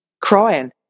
crying